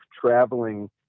traveling